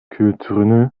kültürünü